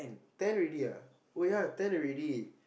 ten already ah oh ya ten already